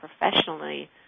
professionally